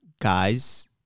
guys